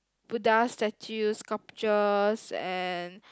Buddha statues sculptures and